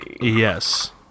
Yes